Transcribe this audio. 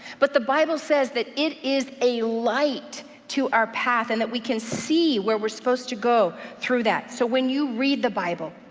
but the bible says that it is a light to our path, and that we can see where we're supposed to go through that. so when you read the bible,